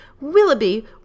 willoughby